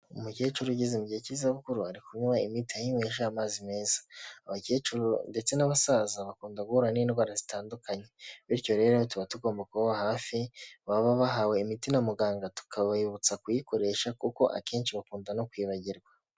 Umukecuru ugeze gihe cy'izabukuru ari kunywa imiti ayinywesha amazi meza, abakecuru ndetse n'abasaza bakunda guhura n'indwara zitandukanye, bityo rero tuba tugomba kubaba hafi baba bahawe imiti na muganga tukababutsa kuyikoresha kuko akenshi bakunda no kwibagirwa.